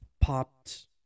popped